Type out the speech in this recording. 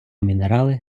мінерали